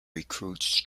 recruits